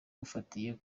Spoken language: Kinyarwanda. bufatiye